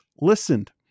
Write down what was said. listened